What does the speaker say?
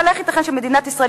אבל איך ייתכן שמדינת ישראל,